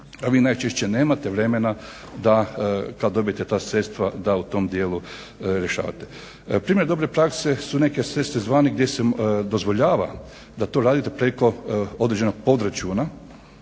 Vi najčešće nemate vremena da kad dobijete ta sredstva da u tom dijelu rješavate. Primjer dobre prakse su neke … gdje se dozvoljava da to radite preko određenog podračuna